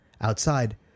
outside